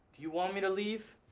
you want me to leave?